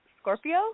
Scorpio